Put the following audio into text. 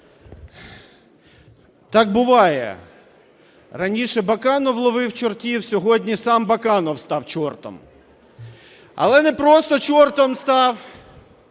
Так буває: раніше Баканов ловив чортів, сьогодні сам Баканов став чортом. Але не просто чортом став,